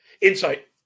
Insight